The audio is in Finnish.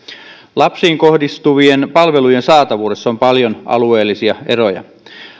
lapsiin kohdistuvien palvelujen saatavuudessa on paljon alueellisia eroja